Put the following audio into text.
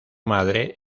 madre